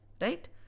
Right